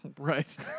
Right